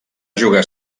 jugar